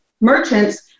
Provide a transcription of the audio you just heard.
merchants